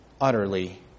utterly